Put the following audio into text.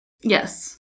Yes